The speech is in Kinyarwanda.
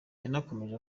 yanakomeje